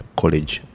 college